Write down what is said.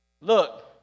Look